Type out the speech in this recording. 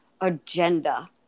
agenda